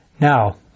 Now